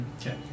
Okay